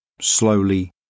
Slowly